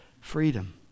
freedom